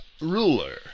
ruler